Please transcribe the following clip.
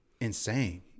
insane